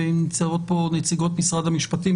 ונמצאות פה נציגות משרד המשפטים.